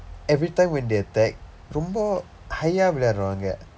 everytime when they attack ரொம்ப:romba high ah விளையாடுறாங்க:vilaiyaaduraangka